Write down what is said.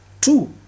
Two